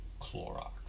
Clorox